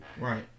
Right